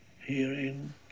Herein